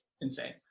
insane